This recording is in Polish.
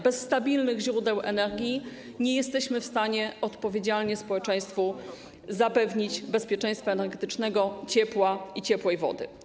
Bez stabilnych źródeł energii nie jesteśmy w stanie odpowiedzialnie zapewnić społeczeństwu bezpieczeństwa energetycznego, ciepła i ciepłej wody.